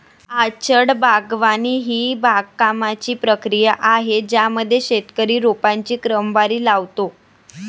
orchard बागवानी ही बागकामाची प्रक्रिया आहे ज्यामध्ये शेतकरी रोपांची क्रमवारी लावतो